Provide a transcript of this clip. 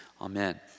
Amen